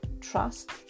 trust